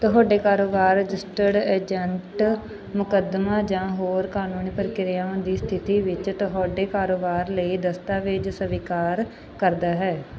ਤੁਹਾਡੇ ਕਾਰੋਬਾਰ registered agent ਮੁਕੱਦਮਾ ਜਾਂ ਹੋਰ ਕਾਨੂੰਨੀ ਪ੍ਰਕਿਰਿਆ ਦੀ ਸਥਿਤੀ ਵਿੱਚ ਤੁਹਾਡੇ ਕਾਰੋਬਾਰ ਲਈ ਦਸਤਾਵੇਜ਼ ਸਵੀਕਾਰ ਕਰਦਾ ਹੈ